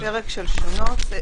זה